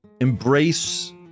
Embrace